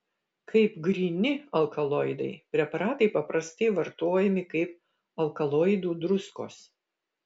kaip gryni alkaloidai preparatai paprastai vartojami kaip alkaloidų druskos